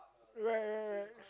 right right right